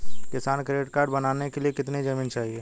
किसान credit card बनाने के लिए कितनी जमीन चाहिए?